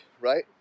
right